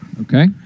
Okay